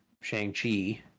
Shang-Chi